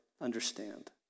understand